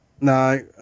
no